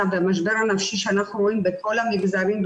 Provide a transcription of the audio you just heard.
והמשבר הנפשי שאנחנו רואים בכל המגזרים,